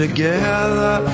Together